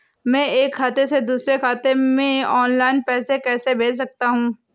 मैं एक खाते से दूसरे खाते में ऑनलाइन पैसे कैसे भेज सकता हूँ?